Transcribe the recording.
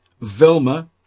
Velma